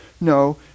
no